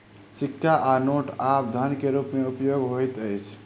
सिक्का आ नोट आब धन के रूप में उपयोग होइत अछि